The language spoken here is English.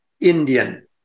Indian